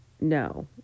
No